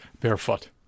barefoot